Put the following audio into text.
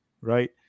right